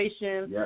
Yes